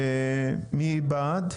מי בעד?